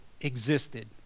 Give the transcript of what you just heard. existed